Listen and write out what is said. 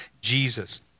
Jesus